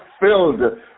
filled